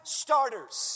starters